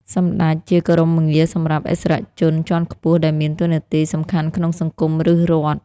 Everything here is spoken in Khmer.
សម្ដេច ជាគោរមងារសម្រាប់ឥស្សរជនជាន់ខ្ពស់ដែលមានតួនាទីសំខាន់ក្នុងសង្គម ឬរដ្ឋ។